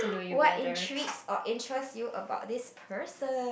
what intrigues or what interests you about this person